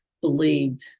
believed